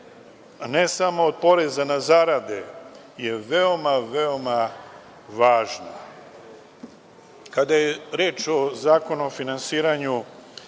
ne samo poreza na zarade, je veoma, veoma važna. Kada je reč o Zakonu o finansiranju